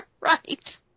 Right